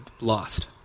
lost